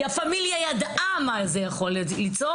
כי הפמילייה ידעה מה זה יכול ליצור.